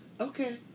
okay